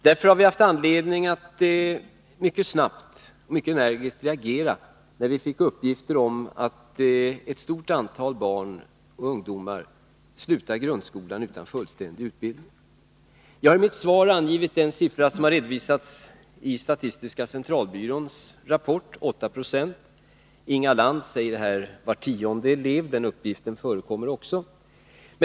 Därför har vi haft anledning att mycket snabbt och energiskt reagera när vi fick uppgifter om att ett stort antal barn och ungdomar slutar grundskolan utan fullständig utbildning. Jag har i mitt svar angivit den siffra som har redovisats i statistiska centralbyråns rapport, 8 Ze. Inga Lantz säger var tionde elev. Den uppgiften förekommer också.